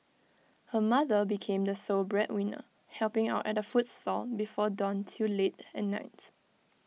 her mother became the sole breadwinner helping out at A food stall before dawn till late at nights